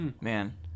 Man